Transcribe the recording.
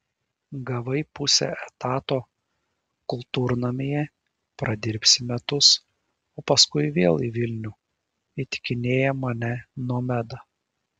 gavai pusę etato kultūrnamyje pradirbsi metus o paskui vėl į vilnių įtikinėja mane nomeda